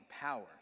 power